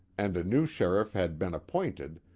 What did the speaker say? and a new sheriff had been appointed,